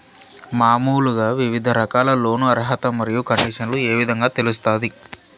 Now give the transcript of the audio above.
మామూలుగా వివిధ రకాల లోను అర్హత మరియు కండిషన్లు ఏ విధంగా తెలుస్తాది?